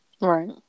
Right